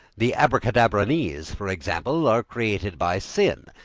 the abracadabranese, for example, are created by sin,